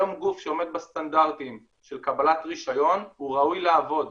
היום גוף שעומד בסטנדרטים של קבלת רישיון הוא ראוי לעבוד,